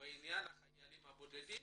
בעניין החיילים הבודדים.